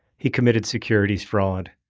he committed securities fraud.